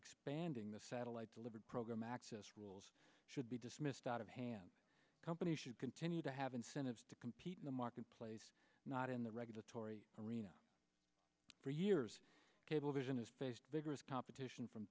expanding the satellite delivered program access rules should be dismissed out of hand companies should continue to have incentives to compete in the marketplace not in the regulatory arena for years cablevision is based vigorous competition from